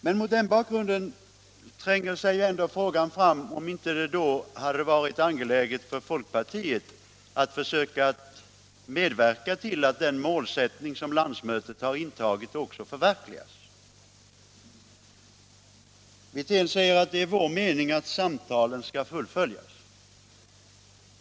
Men mot den bakgrunden tränger sig ändå frågan fram, om det inte då hade varit angeläget för folkpartiet att försöka medverka till att den målsättning som landsmötet har fastslagit också förverkligas. Herr Wirtén säger att det är folkpartiets mening att samtalen skall fullföljas.